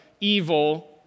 evil